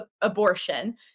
abortion